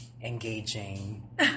Engaging